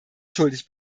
schuldig